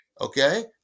Okay